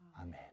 amen